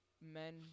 men